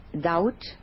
Doubt